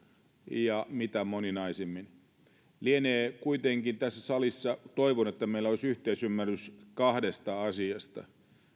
ja mitä moninaisimmin lienee kuitenkin tässä salissa tai toivon että meillä olisi yhteisymmärrys kahdesta asiasta